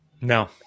no